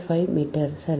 5 metre சரி